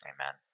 Amen